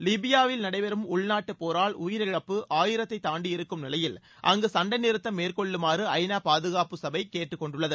லிபியாவில் நடைபெறும் உள்நாட்டுப் போரால் உயிரிழப்பு ஆயிரத்தை தாண்டியிருக்கும் நிலையில் அங்கு சண்டை நிறுத்தம் மேற்கொள்ளுமாறு ஐநா பாதுகாப்பு சபை கேட்டுக் கொண்டுள்ளது